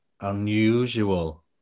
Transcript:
unusual